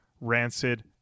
rancid